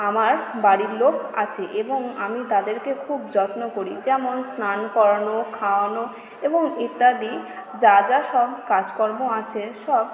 আমার বাড়ির লোক আছে এবং আমি তাদেরকে খুব যত্ন করি যেমন স্নান করানো খাওয়ানো এবং ইত্যাদি যা যা সব কাজকর্ম আছে সব